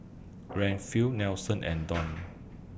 Rayfield Nelson and Donn